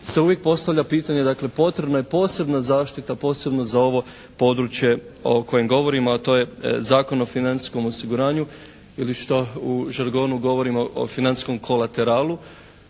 se uvijek postavlja pitanje, dakle potrebna je posebna zaštita posebno za ovo područje o kojem govorimo, a to je Zakon o financijskom osiguranju ili što u žargonu govorimo o financijskom kolateralu.